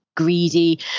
greedy